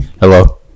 hello